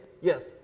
yes